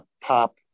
Pop